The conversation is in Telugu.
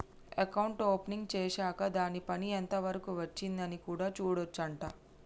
అకౌంట్ ఓపెన్ చేశాక్ దాని పని ఎంత వరకు వచ్చింది అని కూడా చూడొచ్చు అంట